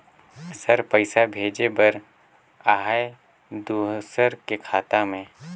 Sir पइसा भेजे बर आहाय दुसर के खाता मे?